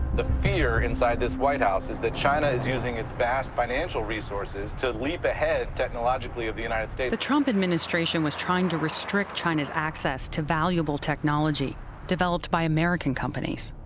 the fear inside this white house is that china is using its vast financial resources to leap ahead, technologically, of the united states. sullivan the trump administration was trying to restrict china's access to valuable technology developed by american companies.